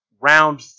round